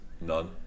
none